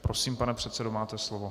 Prosím, pane předsedo, máte slovo.